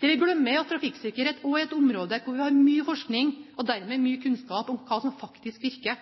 Det vi glemmer, er at trafikksikkerhet også er et område hvor vi har mye forskning og dermed mye kunnskap om hva som faktisk virker.